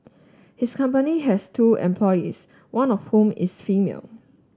his company has two employees one of whom is female